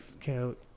count